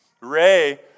Ray